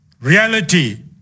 reality